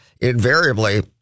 invariably